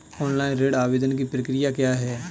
Online ऋण आवेदन की प्रक्रिया क्या है?